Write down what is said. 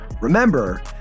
Remember